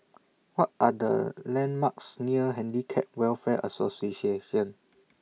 What Are The landmarks near Handicap Welfare